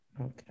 Okay